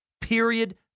Period